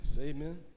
amen